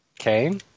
Okay